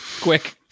Quick